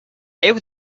heu